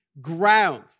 ground